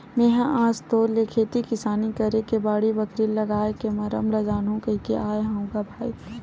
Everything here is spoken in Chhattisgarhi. मेहा आज तोर ले खेती किसानी करे के बाड़ी, बखरी लागए के मरम ल जानहूँ कहिके आय हँव ग भाई